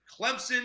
Clemson